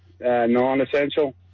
non-essential